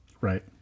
Right